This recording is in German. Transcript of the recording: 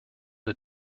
der